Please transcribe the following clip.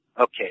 Okay